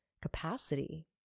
capacity